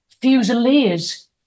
Fusiliers